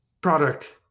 product